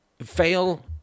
fail